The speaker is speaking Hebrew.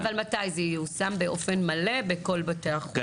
אבל מתי, זה ייושם באופן מלא בכל בתי החולים?